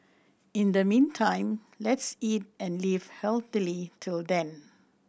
in the meantime let's eat and live healthily till then